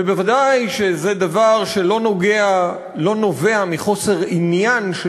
וודאי שזה דבר שלא נובע מחוסר עניין של